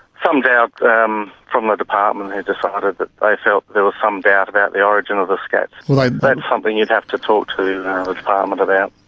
some doubt um from the department who decided that they felt there was some doubt about the origin of the scats. like that's and something you'd have to talk to and and the department about,